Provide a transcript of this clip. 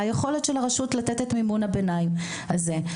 היכולת של הרשות לתת את מימון הביניים הזה.